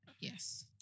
yes